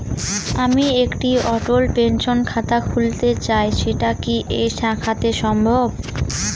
আমি একটি অটল পেনশন খাতা খুলতে চাই সেটা কি এই শাখাতে সম্ভব?